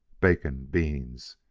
bacon, beans,